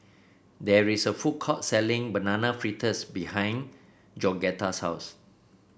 there is a food court selling Banana Fritters behind Georgetta's house